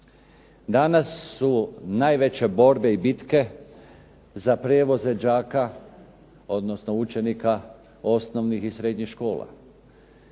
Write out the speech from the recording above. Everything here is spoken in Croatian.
Danas su najveće borbe i bitke za prijevoz đaka odnosno učenika osnovnih i srednjih škola